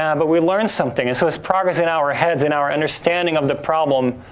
um but we learn something, and so, it's progress in our heads and our understanding of the problem,